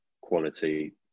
quality